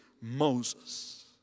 Moses